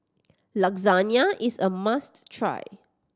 lasagna is a must try